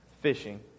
fishing